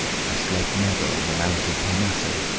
i slept never on the mount of parnasso,